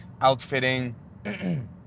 outfitting